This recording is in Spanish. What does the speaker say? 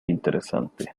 interesante